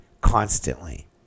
constantly